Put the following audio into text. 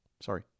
Sorry